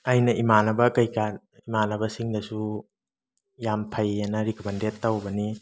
ꯑꯩꯅ ꯏꯃꯥꯟꯅꯕ ꯀꯩꯀꯥ ꯏꯃꯥꯟꯅꯕꯁꯤꯡꯗꯁꯨ ꯌꯥꯝ ꯐꯩ ꯑꯅ ꯔꯤꯀꯝꯃꯦꯟꯗꯦꯠ ꯇꯧꯕꯅꯤ